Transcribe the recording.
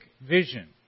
vision